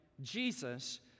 Jesus